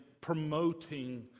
promoting